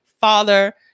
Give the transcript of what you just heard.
father